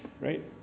right